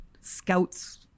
scouts